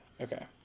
okay